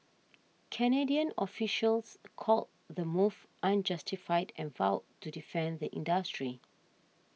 Canadian officials called the move unjustified and vowed to defend the industry